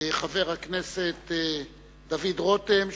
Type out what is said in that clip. חבר הכנסת דוד רותם,